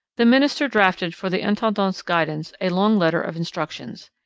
the minister drafted for the intendant's guidance a long letter of instructions.